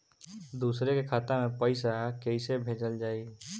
दूसरे के खाता में पइसा केइसे भेजल जाइ?